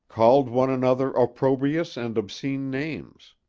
called one another opprobrious and obscene names.